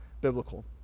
biblical